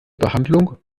behandlung